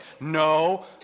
no